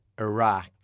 Iraq